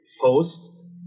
post